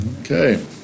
Okay